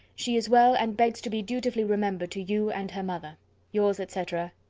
she is well, and begs to be dutifully remembered to you and her mother yours, etc,